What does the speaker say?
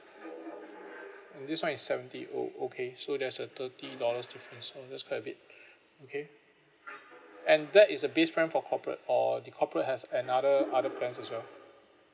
and this [one] is seventy oh okay so there's a thirty dollars oh that's quite a bit okay and that is a base plan for corporate or the corporate has another other plan as well